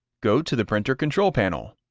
go to the printer control panel.